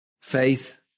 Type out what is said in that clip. faith